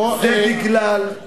קודם כול, עברנו.